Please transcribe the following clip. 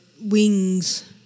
wings